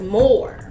more